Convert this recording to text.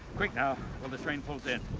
quick now, while the train pulls in.